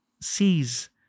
sees